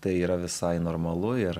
tai yra visai normalu ir